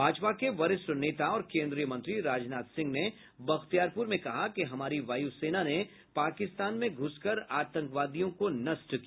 भाजपा के वरिष्ठ नेता और केन्द्रीय मंत्री राजनाथ सिंह ने बख्तियारपुर में कहा कि हमारी वायु सेना ने पाकिस्तान में घुसकर आतंवादियों को नष्ट किया